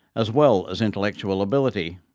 as well as intellectual ability.